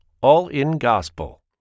all-in-gospel